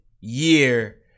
year